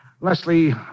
Leslie